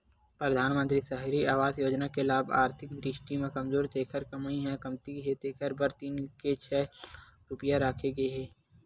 परधानमंतरी सहरी आवास योजना के लाभ आरथिक दृस्टि म कमजोर जेखर कमई ह कमती हे तेखर बर तीन ले छै लाख रूपिया राखे गे हे